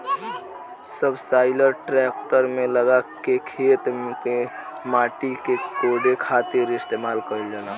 subsoiler tractor में लगा के खेत के माटी के कोड़े खातिर इस्तेमाल कईल जाला